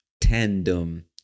Tandem